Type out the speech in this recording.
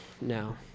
no